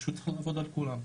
פשוט צריך לעבוד על כולם,